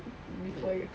bila